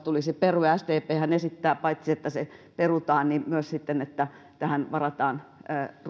tulisi perua sdphän esittää paitsi että se perutaan myös että tähän varataan